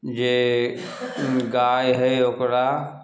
जे गाइ हइ ओकरा